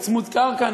בצמוד-קרקע.